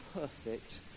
perfect